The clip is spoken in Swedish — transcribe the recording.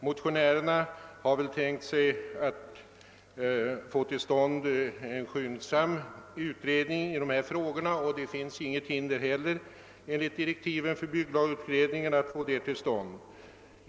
Motionärerna hade väl tänkt sig att få till stånd en skyndsam utredning i dessa frågor, och det finns inget hinder härför enligt direktiven för bygglagutredningen.